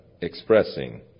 Expressing